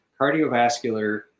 cardiovascular